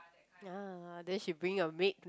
ah then she bring your maid